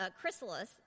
chrysalis